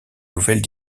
nouvelles